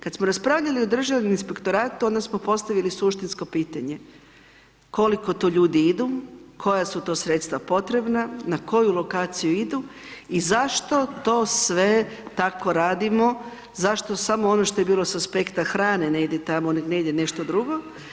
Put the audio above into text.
Kad smo raspravljali o Državnom inspektoratu onda smo postavili suštinsko pitanje, koliko tu ljudi idu, koja su to sredstva potrebna, na koju lokaciju idu i zašto to sve tako radimo, zašto samo ono što je bilo sa aspekta hrane ne ide tamo, ne ide nešto drugo.